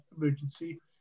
emergency